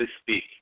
speak